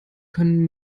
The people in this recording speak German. können